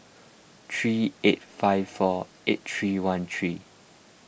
three eight five four eight three one three